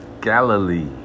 Galilee